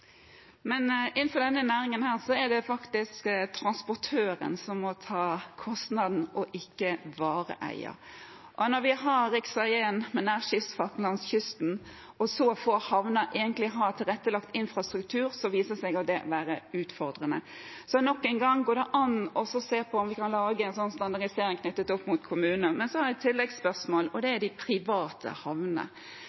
Men innenfor denne næringen er det faktisk transportøren som må ta kostnaden, ikke bare eier. Når vi har rv. 1, med nærskipsfarten langs kysten, og så få havner har tilrettelagt infrastruktur, viser det seg å være utfordrende. Nok en gang: Går det an å se om vi kan lage en standardisering knyttet opp mot kommunene? Jeg har et tilleggsspørsmål, og det